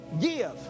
give